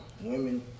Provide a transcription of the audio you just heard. women